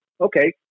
okay